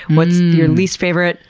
what is your least favorite?